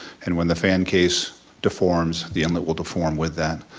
and when the fan case deforms, the inlet will deform with that.